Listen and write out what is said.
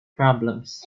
problems